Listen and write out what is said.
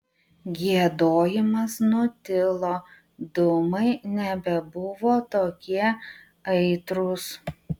giedojimas nutilo dūmai nebebuvo tokie aitrūs